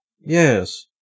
Yes